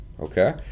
okay